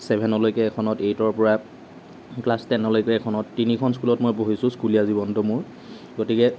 ছেভেনলৈকে এখনত এইটৰ পৰা ক্লাছ টেনলৈকে এখনত তিনিখন স্কুলত পঢ়িছোঁ স্কুলীয়া জীৱনটোত মোৰ গতিকে